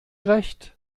recht